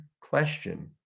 question